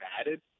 added